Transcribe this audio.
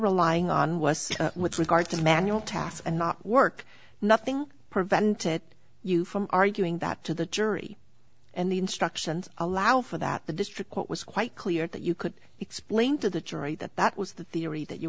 relying on was with regard to the manual task and not work nothing prevented you from arguing that to the jury and the instructions allow for that the district court was quite clear that you could explain to the jury that that was the theory